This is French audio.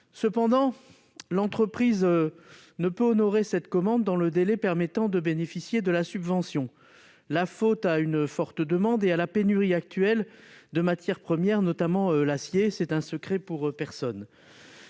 Cependant, l'entreprise ne peut honorer cette commande dans le délai permettant de bénéficier de la subvention. La faute incombe à une forte demande et à la pénurie actuelle de matières premières, notamment- ce n'est un secret pour personne